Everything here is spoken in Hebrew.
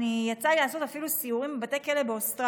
יצא לי לעשות סיורים אפילו בבתי כלא באוסטרליה.